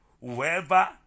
whoever